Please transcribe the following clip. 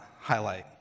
highlight